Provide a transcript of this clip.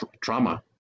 trauma